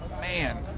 Man